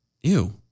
Ew